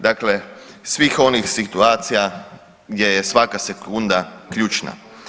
Dakle, svih onih situacija gdje je svaka sekunda ključna.